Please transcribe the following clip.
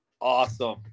Awesome